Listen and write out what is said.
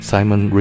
Simon